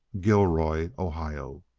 gilroy, ohio.